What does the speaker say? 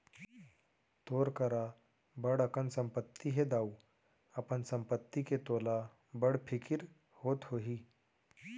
तोर करा बड़ अकन संपत्ति हे दाऊ, अपन संपत्ति के तोला बड़ फिकिर होत होही